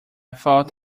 thought